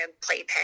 playpen